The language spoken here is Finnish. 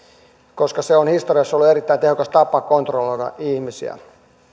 koska se on historiassa ollut erittäin tehokas tapa kontrolloida ihmisiä